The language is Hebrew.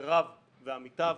וחבריו ועמיתיו